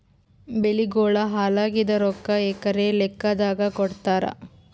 ಬೆಳಿಗೋಳ ಹಾಳಾಗಿದ ರೊಕ್ಕಾ ಎಕರ ಲೆಕ್ಕಾದಾಗ ಕೊಡುತ್ತಾರ?